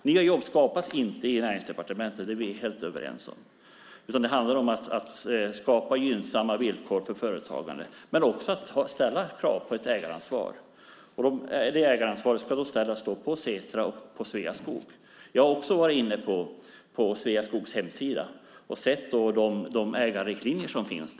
Nya jobb skapas inte på Näringsdepartementet, det är vi helt överens om, utan det handlar om att skapa gynnsamma villkor för företagande och också ställa krav på ägaransvar. Det ägaransvaret ska ställas på Setra och på Sveaskog. Jag har också varit inne på Sveaskogs hemsida och sett vilka riktlinjer som finns.